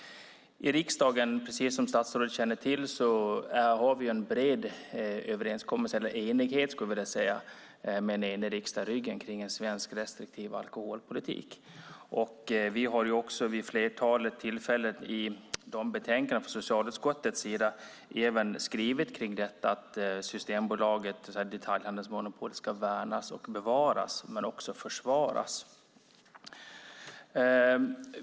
I riksdagen har vi som statsrådet känner till en bred enighet om en svensk restriktiv alkoholpolitik. Vi har också vid ett flertal tillfällen i betänkanden från socialutskottet skrivit om att Systembolaget och detaljhandelsmonopolet ska värnas och bevaras men också försvaras.